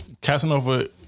Casanova